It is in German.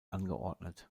angeordnet